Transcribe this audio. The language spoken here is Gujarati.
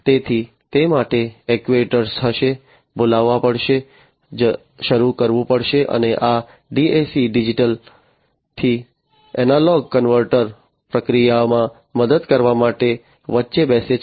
તેથી તે માટે એક્ટ્યુએટર્સ હશે બોલાવવા પડશે શરૂ કરવું પડશે અને આ DAC ડિજિટલ થી એનાલોગ કન્વર્ટર પ્રક્રિયામાં મદદ કરવા માટે વચ્ચે બેસે છે